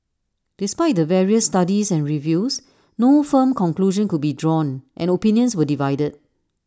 despite the various studies and reviews no firm conclusion could be drawn and opinions were divided